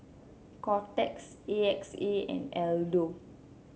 Kotex A X A and Aldo